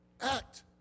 act